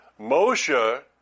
Moshe